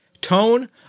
Tone